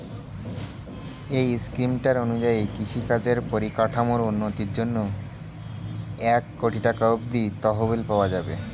এই স্কিমটার অনুযায়ী কৃষিকাজের পরিকাঠামোর উন্নতির জন্যে এক কোটি টাকা অব্দি তহবিল পাওয়া যাবে